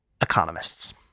economists